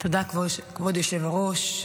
תודה, כבוד היושב-ראש.